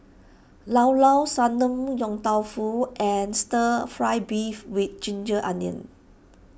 Llao Llao Sanum Yong Tau Foo and Stir Fry Beef with Ginger Onions